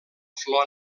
flor